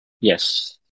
Yes